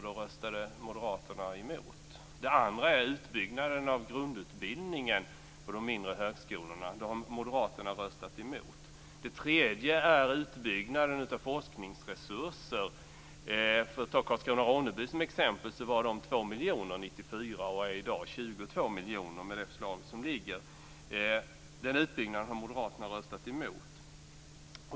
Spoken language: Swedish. Då röstade moderaterna emot. Det andra är utbyggnaden av grundutbildningen på de mindre högskolorna. Då har moderaterna röstat emot. Det tredje är utbyggnaden av forskningsresurser. För att ta Karlskrona/Ronneby som exempel var de 2 miljoner 1994 och är i dag 22 miljoner med det förslag som föreligger. Den utbyggnaden har moderaterna röstat emot.